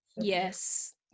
Yes